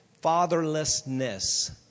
Fatherlessness